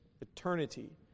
eternity